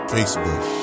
Facebook